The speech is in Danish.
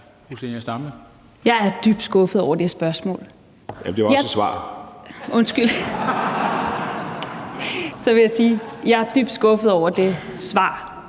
Løkke Rasmussen (UFG): Jamen det var også et svar). Undskyld, så vil jeg sige, at jeg er dybt skuffet over det svar,